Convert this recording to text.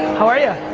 how are you?